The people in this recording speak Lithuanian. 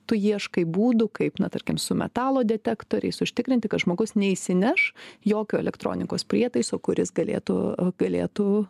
tu ieškai būdų kaip na tarkim su metalo detektoriais užtikrinti kad žmogus neįsineš jokio elektronikos prietaiso kuris galėtų galėtų